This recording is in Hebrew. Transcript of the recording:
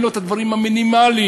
אין לו הדברים המינימליים.